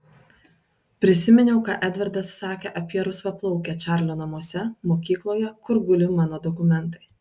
prisiminiau ką edvardas sakė apie rusvaplaukę čarlio namuose mokykloje kur guli mano dokumentai